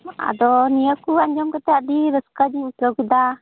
ᱟᱫᱚ ᱱᱤᱭᱟᱹ ᱠᱚ ᱟᱸᱡᱚᱢ ᱠᱟᱛᱮ ᱟᱹᱰᱤ ᱨᱟᱹᱥᱠᱟᱹ ᱜᱤᱧ ᱟᱹᱭᱠᱟᱹᱣ ᱠᱮᱫᱟ